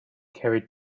carried